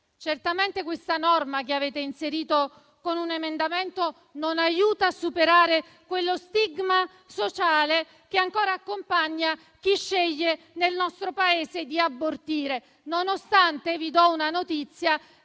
Certamente questa norma che avete inserito con un emendamento non aiuta a superare lo stigma sociale che ancora accompagna chi sceglie nel nostro Paese di abortire, nonostante - vi do una notizia